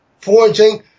forging